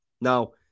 Now